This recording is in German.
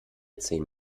zehn